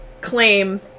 claim